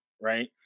right